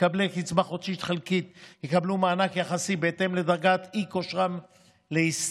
מקבלי קצבה חודשית חלקית יקבלו מענק יחסי בהתאם לדרגת אי-כושרם להשתכר,